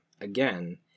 again